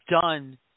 done